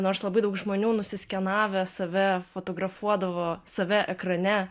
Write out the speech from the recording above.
nors labai daug žmonių nusiskenavę save fotografuodavo save ekrane